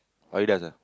Adidas eh